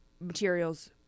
materials